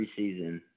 preseason